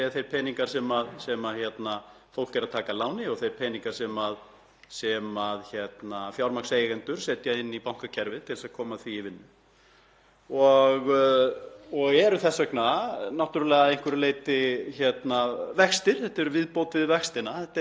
eru þetta náttúrlega að einhverju leyti vextir. Þetta er viðbót við vextina. Þetta hefur alveg sömu áhrif. Ef verðtrygging er 5% og vextir 5% þá má segja að það séu 10% vextir, þannig virkar þetta í reyndinni.